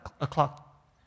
o'clock